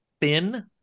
thin